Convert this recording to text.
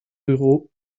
ruraux